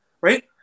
Right